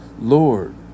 Lord